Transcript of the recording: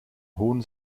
hohen